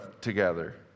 together